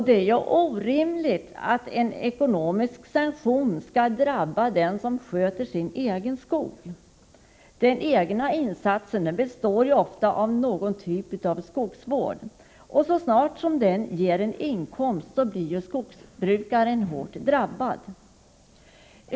Det är orimligt att en ekonomisk sanktion skall drabba den som sköter sin egen skog. Den egna insatsen består ofta av någon typ av skogsvård. Men så snart den ger en inkomst blir skogsbrukaren hårt drabbad.